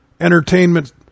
entertainment